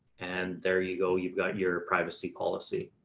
and there you go. you've got your privacy policy